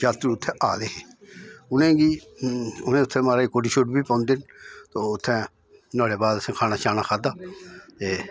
जातरू उत्थें आए दे हे उ'नेंगी उ'नें उत्थें महाराज कुड शुड्ड बी पौंदे न ते उत्थै नोहाड़े बाद उत्थें असें खाना शाना खाद्धा ते